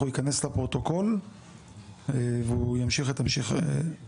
הוא ייכנס לפרוטוקול והוא ימשיך את הטיפול.